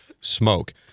smoke